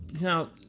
Now